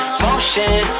motion